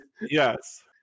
Yes